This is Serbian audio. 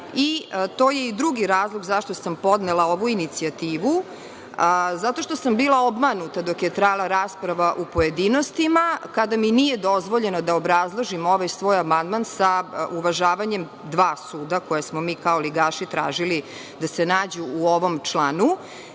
i to je drugi razlog zašto sam podnela ovu inicijativu. Bila sam obmanuta dok je trajala rasprava u pojedinostima, a kada mi nije dozvoljeno da obrazložim ovaj svoj amandman sa uvažavanjem dva suda, koje smo mi kao ligaši tražili da se nađu u ovom